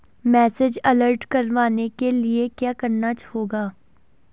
Message alert करवाने के लिए क्या करना होगा?